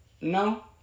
No